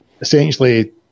essentially